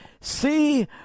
see